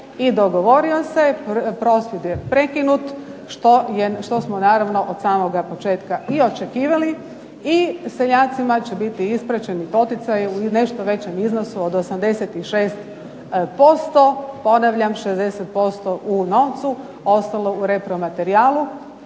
i dogovorio, prosvjed je prekinut što smo naravno od samoga početka i očekivali i seljacima će biti isplaćeni poticaji u nešto većem iznosu od 86%. Ponavljam 60% u novcu, ostalo u repromaterijalu